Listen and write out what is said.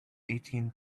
eighteen